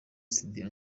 studio